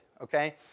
Okay